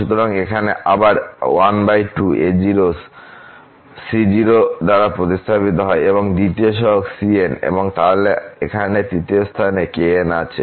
সুতরাং এখানে আবার 12 a0 c0 দ্বারা প্রতিস্থাপিত হয় এবং দ্বিতীয় সহগ cn এবং তাহলে এখানে তৃতীয় স্থান এ kn আছে